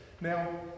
Now